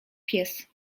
pies